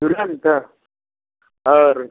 तुरंत और